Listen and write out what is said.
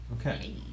Okay